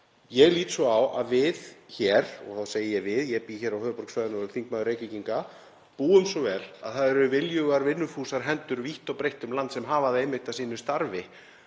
ég lít svo á að við hér, og þá segi ég við, ég bý hér á höfuðborgarsvæðinu og er þingmaður Reykvíkinga, búum svo vel að það eru viljugar vinnufúsar hendur vítt og breitt um land sem hafa landnýtingu að sínu starfi